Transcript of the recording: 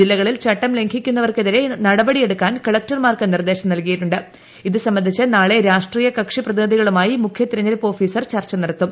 ജില്ലകളിൽ ചട്ടം ലംഘിക്കുന്നവർക്കെതിരെ നടപടി എടുക്കാൻ കളക്ടർമാർക്ക് നിർദ്ദേശം നൽകിയിട്ടു ഇതുസംബന്ധിച്ച് നാളെ രാഷ്ട്രീയ കക്ഷി പ്രതിനിധികളുമായി മുഖ്യതെരഞ്ഞെടുപ്പ് ഓഫീസർ ചർച്ച നടത്തും